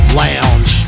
lounge